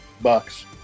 Bucks